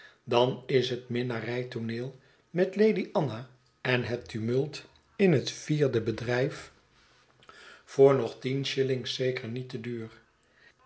dan is het minnarijtooneel met lady anna en het tumult in het vierde bedrijf voor nog tien shillings zeker niet te duur